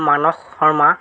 Manas Sharma